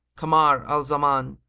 kamar al-zaman,